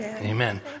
Amen